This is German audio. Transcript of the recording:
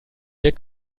der